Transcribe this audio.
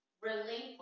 relinquish